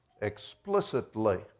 explicitly